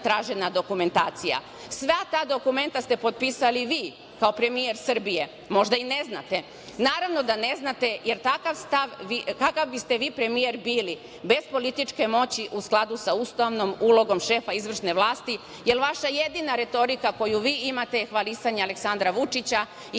tražena dokumentacija? Sva ta dokumenta ste potpisali vi kao premijer Srbije. Možda i ne znate? Naravno da ne znate, jer kakav biste vi premijer bili bez političke moći u skladu sa ustavnom ulogom šefa izvršne vlasti, jer vaša jedina retorika koju imate je hvalisanje Aleksandra Vučića i